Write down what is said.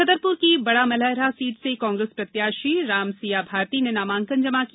छतरपुर की बड़ामलहारा सीट से कांग्रेस प्रत्याशी रामसिया भारती ने नामांकन जमा किया